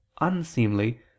unseemly